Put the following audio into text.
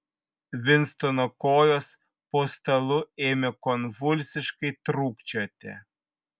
vinstono kojos po stalu ėmė konvulsiškai trūkčioti